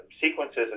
sequences